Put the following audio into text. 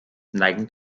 neigen